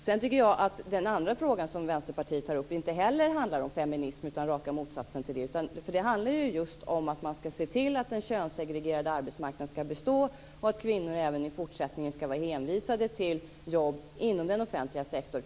Sedan tycker jag att den andra fråga som Vänsterpartiet tar upp inte heller handlar om feminism utan raka motsatsen till det. Det handlar just om att man ska se till att den könssegregerade arbetsmarknaden ska bestå och att kvinnor även i fortsättningen ska vara hänvisade till jobb inom den offentliga sektorn.